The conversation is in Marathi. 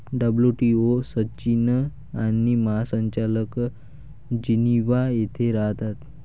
डब्ल्यू.टी.ओ सचिव आणि महासंचालक जिनिव्हा येथे राहतात